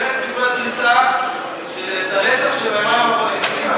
תגנה את פיגוע הדריסה ואת הרצח של היומיים האחרונים.